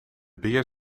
beer